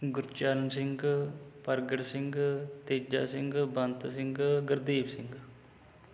Gurcharan Singh Pargat Singh Teja Singh Bant Singh Gurdeep Singh